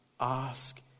Ask